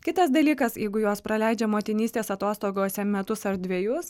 kitas dalykas jeigu jos praleidžia motinystės atostogose metus ar dvejus